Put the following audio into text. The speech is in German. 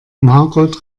margot